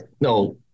no